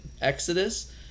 Exodus